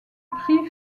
prix